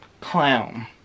clown